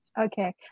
Okay